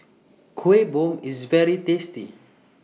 Kuih Bom IS very tasty